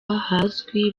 hazwi